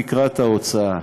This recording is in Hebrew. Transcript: תקרת ההוצאה.